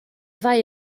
ddau